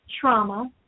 trauma